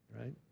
right